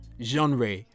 genre